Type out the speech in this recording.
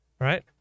right